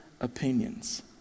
opinions